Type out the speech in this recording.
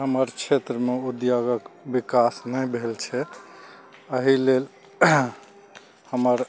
हमर क्षेत्रमे उद्योगक विकास नहि भेल छै एहि लेल हमर